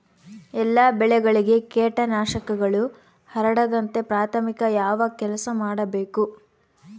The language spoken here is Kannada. ಎಲ್ಲ ಬೆಳೆಗಳಿಗೆ ಕೇಟನಾಶಕಗಳು ಹರಡದಂತೆ ಪ್ರಾಥಮಿಕ ಯಾವ ಕೆಲಸ ಮಾಡಬೇಕು?